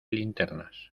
linternas